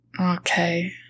Okay